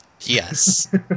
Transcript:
Yes